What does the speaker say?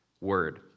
word